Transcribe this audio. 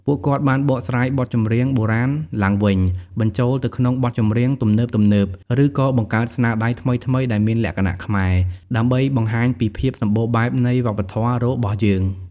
ពួកគាត់បានបកស្រាយបទចម្រៀងបុរាណឡើងវិញ បញ្ចូលទៅក្នុងបទចម្រៀងទំនើបៗ ឬក៏បង្កើតស្នាដៃថ្មីៗដែលមានលក្ខណៈខ្មែរ ដើម្បីបង្ហាញពីភាពសម្បូរបែបនៃវប្បធម៌របស់យើង។